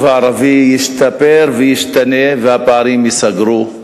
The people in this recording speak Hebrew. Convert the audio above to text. הערבי ישתפר וישתנה והפערים ייסגרו,